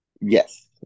Yes